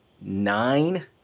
nine